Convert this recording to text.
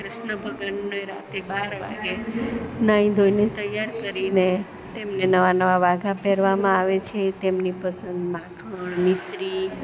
કૃષ્ણ ભગવાનને રાતે બાર વાગ્યે નાહી ધોઈને તૈયાર કરીને તેમને નવાં નવાં વાઘા પહેરવામાં આવે છે તેમની પસંદમાં માખણ મીસરી